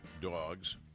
dogs